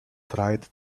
tried